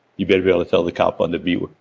you'd better be able to tell the cop on the beat.